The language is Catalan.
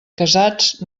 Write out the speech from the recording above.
casats